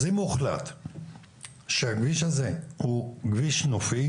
אז אם הוחלט שהכביש הזה הוא כביש נופי